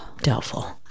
Doubtful